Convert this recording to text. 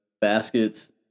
Baskets